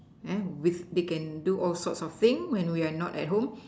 with they can do all sort of thing when we are not at home